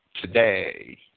today